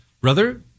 Brother